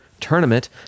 tournament